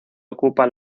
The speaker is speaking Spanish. ocupa